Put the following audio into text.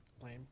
blame